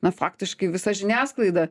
na faktiškai visa žiniasklaida